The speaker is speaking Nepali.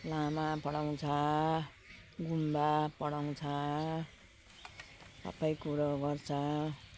लामा पढाउँछ गुम्बा पढाउँछ सबै कुरो गर्छ